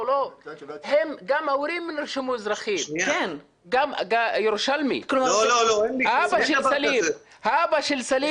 שאנחנו מקבלים אזרחות, ואבא שלי סיים